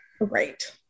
right